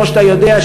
כמו שאתה יודע,